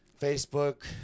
Facebook